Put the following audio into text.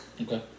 okay